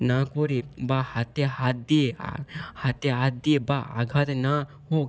না করে বা হাতে হাত দিয়ে হাতে হাত দিয়ে বা আঘাত না হোক